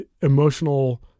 emotional